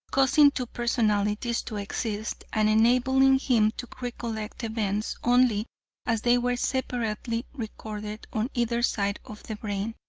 causing two personalities to exist and enabling him to recollect events only as they were separately recorded on either side of the brain.